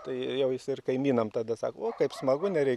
tai jau jis ir kaimynam tada sako o kaip smagu nereik